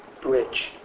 Bridge